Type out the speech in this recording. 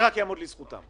זה רק יעמוד לזכותכם.